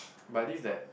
by this that